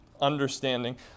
understanding